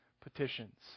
petitions